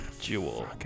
Jewel